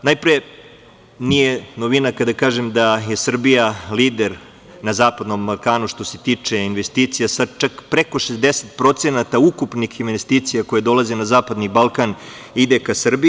Najpre, nije novina kada kažem da je Srbija lider na zapadnom Balkanu što se tiče investicija, sa čak preko 60% ukupnih investicija koje dolaze na zapadni Balkan i ide ka Srbiji.